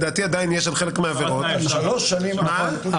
דבר ראשון,